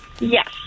Yes